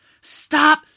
Stop